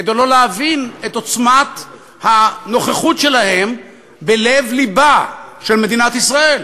כדי לא להבין את עוצמת הנוכחות שלהם בלב-לבה של מדינת ישראל.